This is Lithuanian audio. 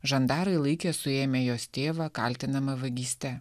žandarai laikė suėmę jos tėvą kaltinamą vagyste